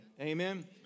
Amen